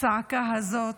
שהצעקה הזאת